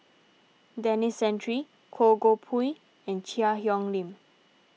Denis Santry Koh Goh Pui and Cheang Hong Lim